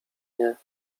nie